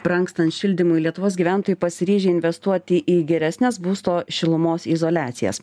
brangstant šildymui lietuvos gyventojai pasiryžę investuoti į geresnes būsto šilumos izoliacijas